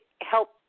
help